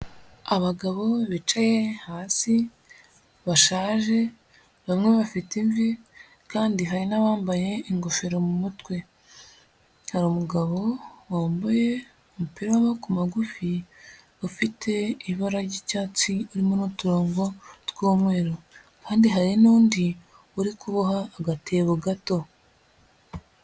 Abagabo bicaye hasi bashaje bamwe bafite imvi kandi hari n'abambaye ingofero mu mutwe, hari umugabo wambaye umupira w'amaboko magufi ufite ibara ry'icyatsi irimo n'uturongo tw'umweru kandi hari n'undi uri kuboha agatebo gato.